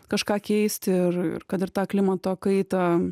kažką keisti ir kad ir ta klimato kaitą